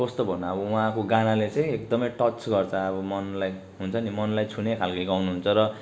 कस्तो भन्नु अब उहाँको गानाले चाहिँ एकदमै टच गर्छ अब मनलाई हुन्छ नि मनलाई छुने खालके गाउनुहुन्छ र